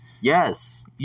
Yes